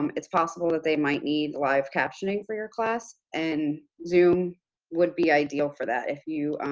um it's possible that they might need live captioning for your class, and zoom would be ideal for that. if you're